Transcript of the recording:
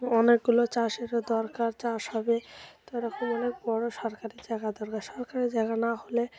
অনেকগুলো চাষেরও দরকার চাষ হবে তো এরকম অনেক বড় সরকারি জায়গা দরকার সরকারি জায়গা না হলে